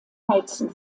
heizen